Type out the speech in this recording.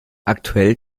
aktuell